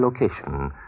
location